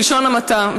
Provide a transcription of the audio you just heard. בלשון המעטה,